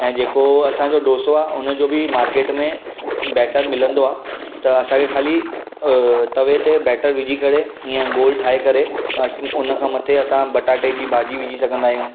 ऐं जेको असांजो डोसो आहे उनजो बि मार्केट में बेटर मिलंदो आहे त असांखे ख़ाली तवे ते बेटर विझी करे हीअं गोलु ठाहे करे असां उन खां मथे असां बटाटे भाॼी विझी सघंदा आहियूं